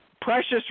precious